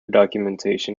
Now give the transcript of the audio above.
documentation